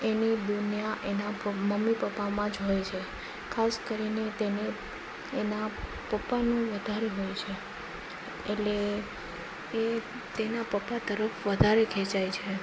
એની દુનિયા એના મમ્મી પપ્પામાં જ હોય છે ખાસ કરીને તેને એના પપ્પાનું વધારે હોય છે એટલે એ તેના પપ્પા તરફ વધારે ખેંચાય છે